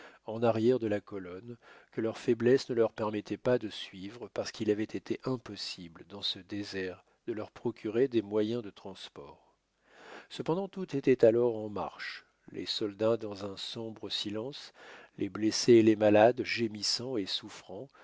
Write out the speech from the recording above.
en arrière de la colonne que leur faiblesse ne leur permettait pas de suivre parce qu'il avait été impossible dans ce désert de leur procurer des moyens de transport cependant tout était alors en marche les soldats dans un sombre silence les blessés et les malades gémissant et souffrant